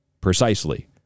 Precisely